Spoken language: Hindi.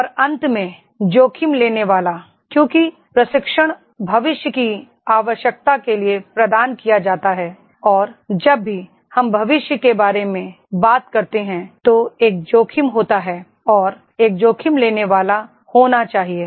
और अंत में जोखिम लेने वाला क्योंकि प्रशिक्षण भविष्य की आवश्यकता के लिए प्रदान किया जाता है और जब भी हम भविष्य के बारे में बात करते हैं तो एक जोखिम होता है और एक जोखिम लेने वाला होना चाहिए